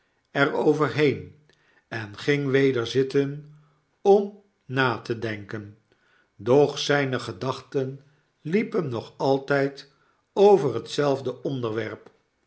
er overheen en ging weder zitten om na te denken doch zijne gedachten liepen nog altijd over hetzelfde onderwerp